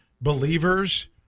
believers